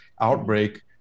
outbreak